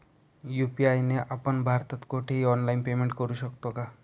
UPI ने आपण भारतात कुठेही ऑनलाईन पेमेंट करु शकतो का?